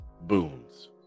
boons